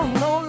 no